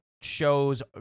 shows